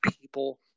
People